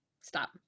stop